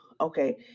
okay